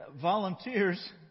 volunteers